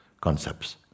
concepts